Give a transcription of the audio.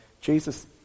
Jesus